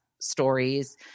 stories